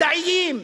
מדעיים,